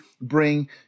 bring